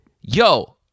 Yo